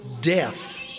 death